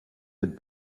had